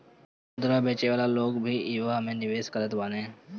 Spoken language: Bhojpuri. खुदरा बेचे वाला लोग भी इहवा निवेश करत बाने